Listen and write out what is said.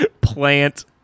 plant